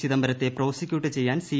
ചിദംബരത്തെ പ്രോസിക്യൂട്ട് ് പ്പെയ്യാ്ൻ സി